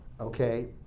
Okay